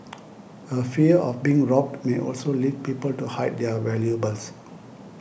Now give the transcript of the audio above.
a fear of being robbed may also lead people to hide their valuables